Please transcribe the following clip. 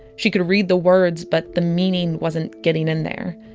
she could read the words, but the meaning wasn't getting in there.